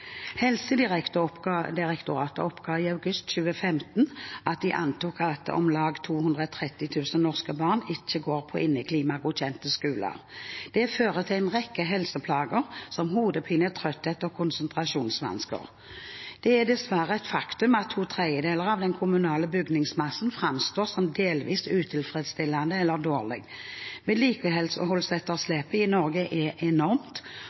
oppga i august 2015 at de antok at om lag 230 000 norske barn ikke går på inneklimagodkjente skoler. Det fører til en rekke helseplager, som hodepine, trøtthet og konsentrasjonsvansker. Det er dessverre et faktum at to tredjedeler av den kommunale bygningsmassen framstår som delvis utilfredsstillende eller dårlig. Vedlikeholdsetterslepet i Norge er enormt,